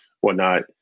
whatnot